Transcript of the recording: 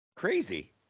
crazy